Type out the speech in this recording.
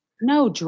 No